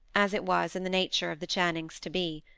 as it was in the nature of the channings to be.